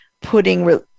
putting